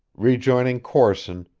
rejoining corson,